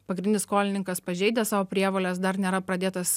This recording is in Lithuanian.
pagrindinis skolininkas pažeidęs savo prievolės dar nėra pradėtas